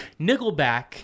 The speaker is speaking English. Nickelback